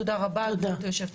תודה רבה, גברתי היו"ר.